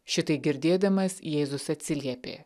šitai girdėdamas jėzus atsiliepė